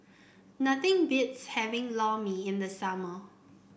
nothing beats having Lor Mee in the summer